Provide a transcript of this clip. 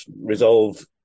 resolve